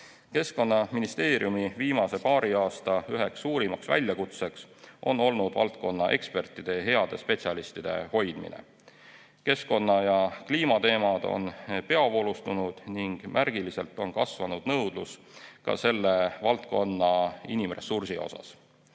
Keskkonnaministeeriumi viimase paari aasta üheks suurimaks väljakutseks on olnud valdkonnaekspertide ja heade spetsialistide hoidmine. Keskkonna‑ ja kliimateemad on peavoolustunud ning märgiliselt on kasvanud nõudlus selle valdkonna inimressursi